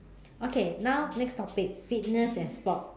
okay now next topic fitness and sport